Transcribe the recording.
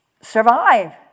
survive